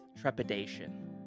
trepidation